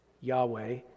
Yahweh